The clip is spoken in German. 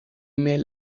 mail